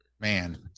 man